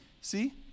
See